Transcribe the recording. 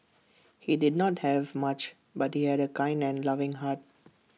he did not have much but he had A kind and loving heart